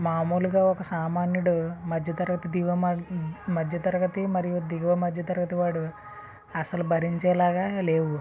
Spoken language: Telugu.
మామూలుగా ఒక సామాన్యుడు మధ్యతరగతి దిగువ మద్ మధ్యతరగతి మరియు దిగువ మధ్య తరగతి వాడు అసలు భరించేలాగా లేవు